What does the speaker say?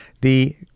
the-